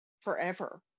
forever